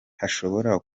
hashobora